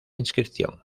inscripción